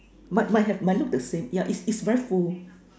might might have might look the same yeah is is very full